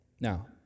Now